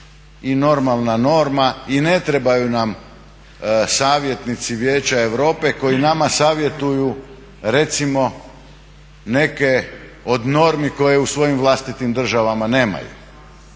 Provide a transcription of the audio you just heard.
i normalna norma i ne trebaju nam savjetnici Vijeća Europe koji nama savjetuju recimo neke od normi koje u svojim vlastitim državama nemaju.